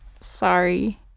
Sorry